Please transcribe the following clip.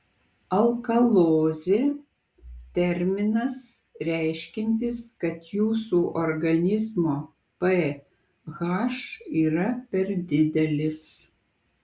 alkalozė terminas reiškiantis kad jūsų organizmo ph yra per didelis